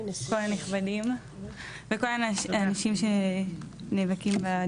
כל הנכבדים וכל האנשים שנאבקים למען